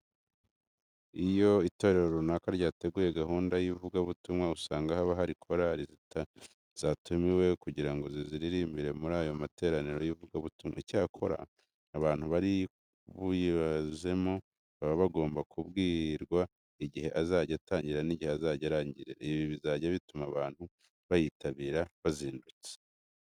Iyo itorero runaka ryateguye gahunda y'ivugabutumwa usanga haba hari korari zatumiwe kugira ngo zizaririmbe muri ayo materaniro y'ivugabutumwa. Icyakora abantu bari buyazemo baba bagomba kubwirwa igihe azajya atangirira n'igihe azajya arangirira. Ibi bizajya bituma abantu bayitabira bazindutse.